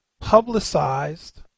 publicized